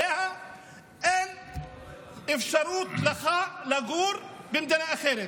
להצביע עליה אין לך אפשרות לגור במדינה אחרת.